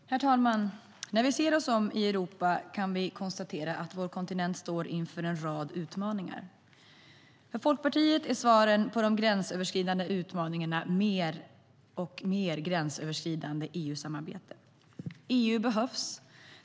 Herr talman! När vi ser oss om i Europa kan vi konstatera att vår kontinent står inför en rad utmaningar. För Folkpartiet är svaren på de gränsöverskridande utmaningarna mer och mer gränsöverskridande EU-samarbete. EU behövs.